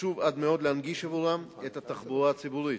חשוב עד מאוד להנגיש עבורם את התחבורה הציבורית.